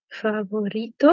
favorito